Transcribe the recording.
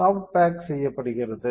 soft pack செய்யப்படுகிறது